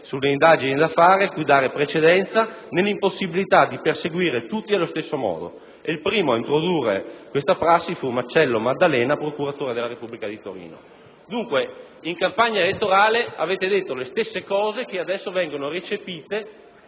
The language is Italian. sulle indagini da fare a cui dare la precedenza, nell'impossibilità di perseguire tutti allo stesso modo. Il primo ad introdurre questa prassi fu Marcello Maddalena, procuratore della Repubblica di Torino. Dunque, in campagna elettorale avete detto le stesse cose che adesso vengono recepite